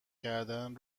کردن